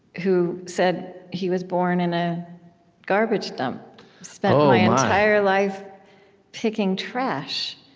who said he was born in a garbage dump spent my entire life picking trash.